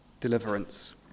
deliverance